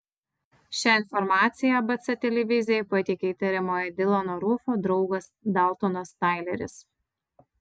šią informaciją abc televizijai pateikė įtariamojo dilano rufo draugas daltonas taileris